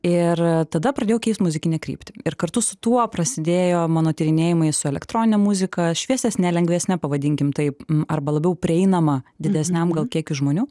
ir tada pradėjau keist muzikinę kryptį ir kartu su tuo prasidėjo mano tyrinėjimai su elektronine muzika šviesesne lengvesne pavadinkim taip arba labiau prieinama didesniam gal kiekiui žmonių